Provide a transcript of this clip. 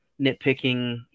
nitpicking